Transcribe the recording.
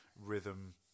rhythm